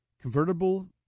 convertible